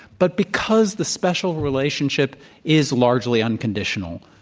but because the special relationship is largely unconditional.